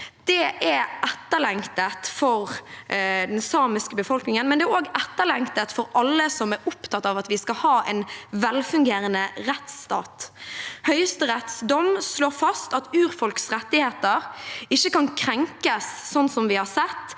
Det er etterlengtet for den samiske befolkningen, men det er også etterlengtet for alle som er opptatt av at vi skal ha en velfungerende rettsstat. Høyesteretts dom slår fast at urfolks rettigheter ikke kan krenkes, sånn som vi har sett